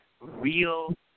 real